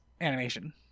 animation